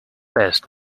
best